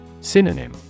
Synonym